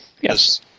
Yes